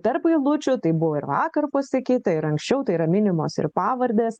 tarp eilučių tai buvo ir vakar pasakyta ir anksčiau tai yra minimos ir pavardės